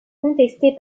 contestée